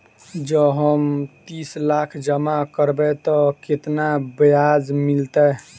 जँ हम तीस लाख जमा करबै तऽ केतना ब्याज मिलतै?